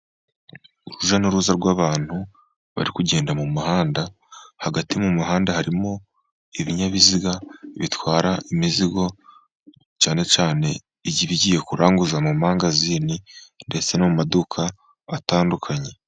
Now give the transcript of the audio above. Urujya n'uruza rw'abantu bari kugenda mu muhanda, hagati mu muhanda harimo, ibinyabiziga bitwara imizigo, cyane cyane ibigiye kuranguza mu mangazini, ndetse no mu maduka atandukanye.